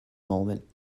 moment